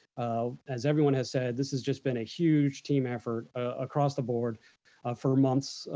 um as everyone has said, this has just been a huge team effort across the board for months,